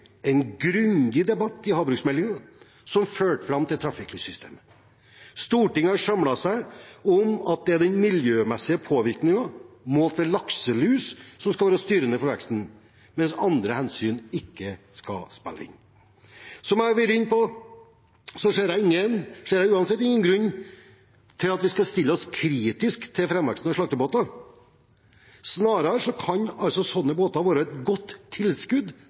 en grundig debatt i havbruksmeldingen som førte fram til trafikklyssystemet. Stortinget har samlet seg om at det er den miljømessige påvirkningen målt i lakselus som skal være styrende for veksten, mens andre hensyn ikke skal spille inn. Som jeg har vært inne på, ser jeg ingen grunn til at vi skal stille oss kritiske til framveksten av slaktebåter. Snarere kan slike båter være et godt tilskudd